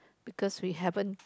because we haven't